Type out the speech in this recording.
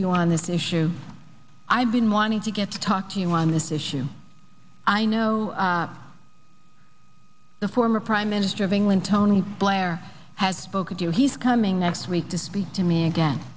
on this issue i've been wanting to get to talk to you on this issue i know the former prime minister of england tony blair has spoken to he's coming next week to speak to me again